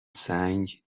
سنگ